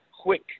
quick